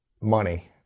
money